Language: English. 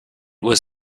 was